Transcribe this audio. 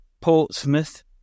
Portsmouth